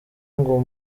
ngo